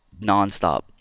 nonstop